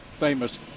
famous